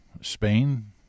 Spain